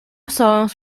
songs